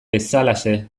bezalaxe